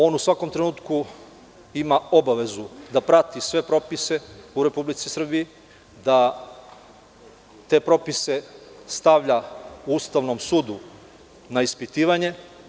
On u svakom trenutku ima obavezu da prati sve propise u Republici Srbiji, da te propise stavlja Ustavnom sudu na ispitivanje.